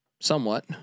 somewhat